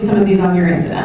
of these on your and